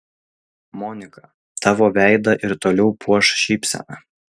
monika tavo veidą ir toliau puoš šypsena